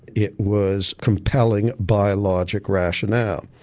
it was compelling biologic rationale.